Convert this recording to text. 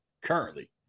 currently